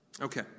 Okay